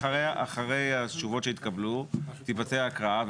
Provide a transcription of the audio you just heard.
ואחרי התשובות שיתקבלו תתבצע הקראה,